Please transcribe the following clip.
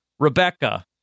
Rebecca